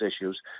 issues